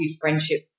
Friendship